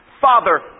Father